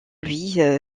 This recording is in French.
lui